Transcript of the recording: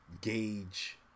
gauge